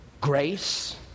grace